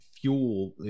fuel